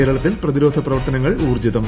കേരളത്തിൽ പ്രതിരോധ പ്രവർത്തനങ്ങൾ ഊർജ്ജിതം